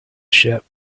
ship